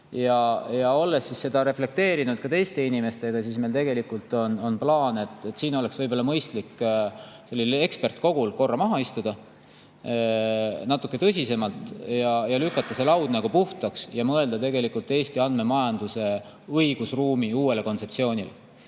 Olles seda reflekteerinud ka teistele inimestele, on meil tegelikult plaan: siin oleks võib-olla mõistlik ekspertkogul korra maha istuda natuke tõsisemalt, lükata laud puhtaks ja mõelda tegelikult Eesti andmemajanduse õigusruumi uuele kontseptsioonile.